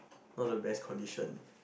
not the best condition